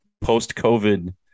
post-COVID